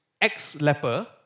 ex-leper